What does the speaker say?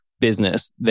business